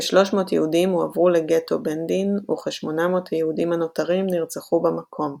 כ-300 יהודים הועברו לגטו בנדין וכ-800 היהודים הנותרים נרצחו במקום,